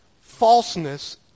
falseness